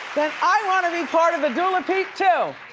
i wanna be part of a dulapeep, too.